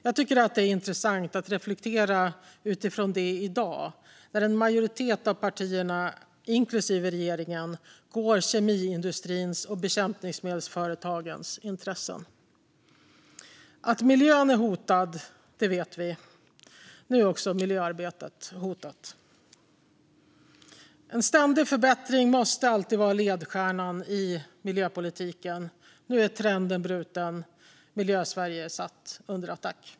Jag tycker att det är intressant att reflektera över det i dag när en majoritet av partierna, inklusive regeringen, går kemiindustrins och bekämpningsmedelsföretagens intressen till mötes. Att miljön är hotad vet vi. Nu är också miljöarbetet hotat. Ständig förbättring måste alltid vara ledstjärnan i miljöpolitiken. Nu är trenden bruten. Miljösverige är satt under attack.